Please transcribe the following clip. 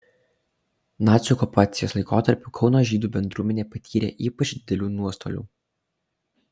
nacių okupacijos laikotarpiu kauno žydų bendruomenė patyrė ypač didelių nuostolių